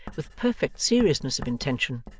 with perfect seriousness of intention,